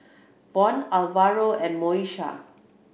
Von Alvaro and Moesha